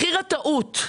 מחיר הטעות,